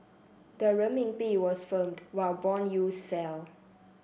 the Renminbi was firm while bond yields fell